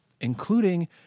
including